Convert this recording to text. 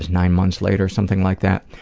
nine months later, something like that?